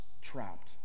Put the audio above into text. trapped